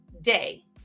day